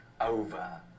over